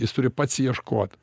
jis turi pats ieškot